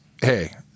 hey